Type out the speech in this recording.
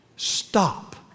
Stop